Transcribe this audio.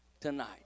tonight